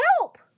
help